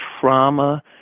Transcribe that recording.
trauma